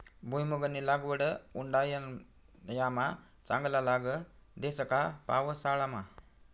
भुईमुंगनी लागवड उंडायामा चांगला लाग देस का पावसाळामा